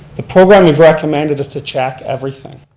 the program we've recommended is to check everything.